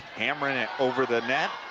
hammering it over the net.